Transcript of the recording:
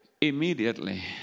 immediately